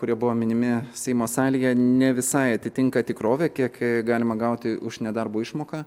kurie buvo minimi seimo salėje ne visai atitinka tikrovę kiek galima gauti už nedarbo išmoką